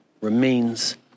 remains